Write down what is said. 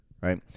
right